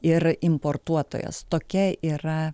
ir importuotojas tokia yra